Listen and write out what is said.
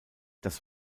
das